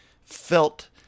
felt